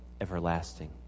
everlasting